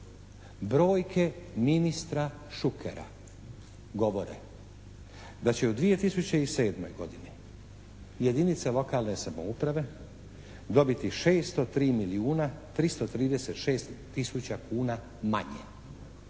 brojke ministra Šukera govore da će u 2007. godini jedinice lokalne samouprave dobiti 603 milijuna 336